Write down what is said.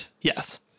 yes